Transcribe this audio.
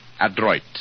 adroit